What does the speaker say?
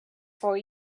for